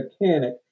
mechanic